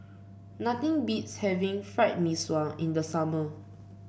nothing beats having Fried Mee Sua in the summer